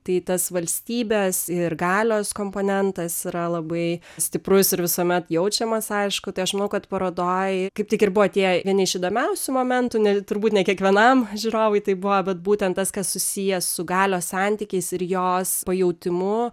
tai tas valstybės ir galios komponentas yra labai stiprus ir visuomet jaučiamas aišku tai aš manau kad parodoj kaip tik ir buvo tie vieni iš įdomiausių momentų ne turbūt ne kiekvienam žiūrovui tai buvo bet būtent tas kas susiję su galios santykiais ir jos pajautimu